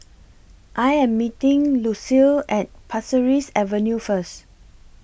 I Am meeting Lucille At Pasir Ris Avenue First